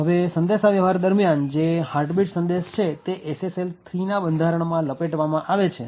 હવે સંદેશા વ્યવહાર દરમ્યાન જે હાર્ટબીટ સંદેશ છે તે SSL 3ના બંધારણમાં લપેટવામાં આવે છે